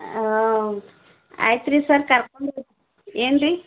ಹಾಂ ಆಯ್ತುರಿ ಸರ್ ಕರ್ಕೊಂಡು ಏನುರೀ